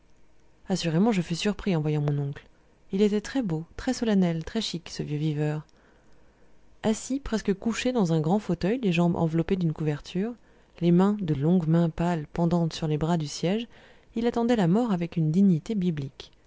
assurément je fus surpris en voyant mon oncle il était très beau très solennel très chic ce vieux viveur assis presque couché dans un grand fauteuil les jambes enveloppées d'une couverture les mains de longues mains pâles pendantes sur les bras du siège il attendait la mort avec une dignité biblique